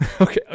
Okay